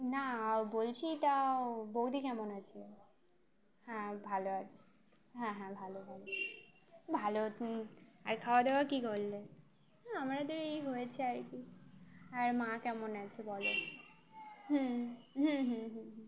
না বলছি তা বৌদি কেমন আছে হ্যাঁ ভালো আছে হ্যাঁ হ্যাঁ ভালো ভালো ভালো হ আর খাওয়া দাওয়া কী করলে হ্যাঁ আমাদের এই হয়েছে আর কি আর মা কেমন আছে বলো হুম হুম